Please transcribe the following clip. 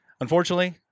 Unfortunately